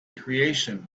creation